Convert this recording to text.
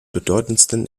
bedeutendsten